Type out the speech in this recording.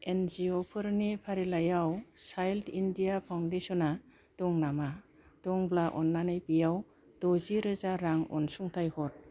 एनजिअ फोरनि फारिलाइयाव child India फाउन्डेसना दं नामा दंब्ला अन्नानै बेयाव द'जिरोजा रां अनसुंथाइ हर